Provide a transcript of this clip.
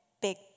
big